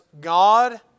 God